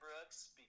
Brooks